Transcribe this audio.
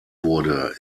wurde